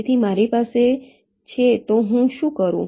તેથી મારી પાસે છે તો હું શું કરું